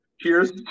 Cheers